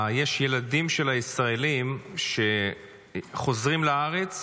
יש ילדים של ישראלים שחוזרים לארץ,